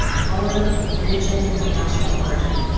color, religion or national origin.